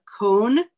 cone